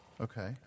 Okay